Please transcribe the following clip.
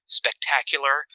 spectacular